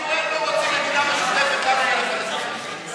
אפשר לתבוע אותי על התעמרות בעבודה?